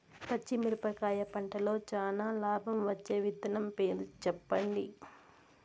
పచ్చిమిరపకాయ పంటలో చానా లాభం వచ్చే విత్తనం పేరు చెప్పండి?